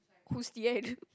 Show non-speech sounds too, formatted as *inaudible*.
who's the end *laughs*